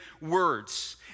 words